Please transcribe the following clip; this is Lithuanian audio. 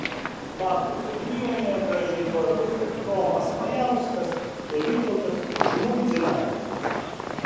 babtų seniūnijoje gražiai tvarkosi romas majauskas ir vytautas žmuidzinavičius